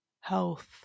health